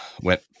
went